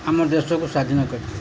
ଆମ ଦେଶକୁ ସ୍ୱାଧୀନ କରିଥିଲେ